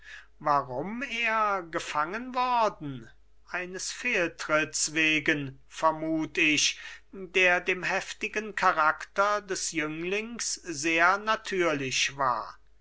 warum er gefangen worden eines fehltritts wegen vermut ich der dem heftigen charakter des jünglings sehr natürlich war